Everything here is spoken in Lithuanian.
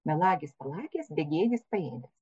melagis palakęs begėdis paėdęs